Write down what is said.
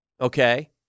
Okay